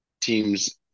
teams